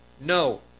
No